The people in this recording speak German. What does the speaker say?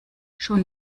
schon